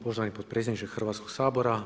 Poštovani potpredsjedniče Hrvatskog sabora.